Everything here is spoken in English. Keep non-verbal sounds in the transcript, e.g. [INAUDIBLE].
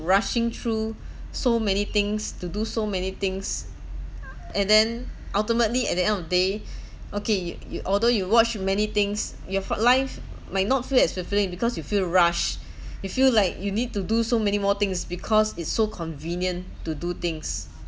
rushing through so many things to do so many things and then ultimately at the end of the day [BREATH] okay you you although you watched many things your life might not feel as fulfilling because you feel rushed [BREATH] you feel like you need to do so many more things because it's so convenient to do things